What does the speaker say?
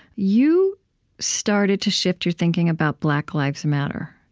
you started to shift your thinking about black lives matter.